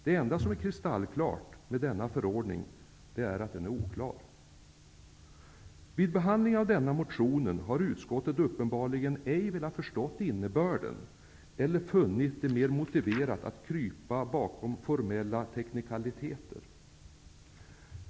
Det enda som är kristallklart med denna förordning är att den är oklar. Vid behandlingen av motionen har utskottet uppenbarligen inte velat förstå innebörden eller funnit det mer motiverat att krypa bakom formella teknikaliteter.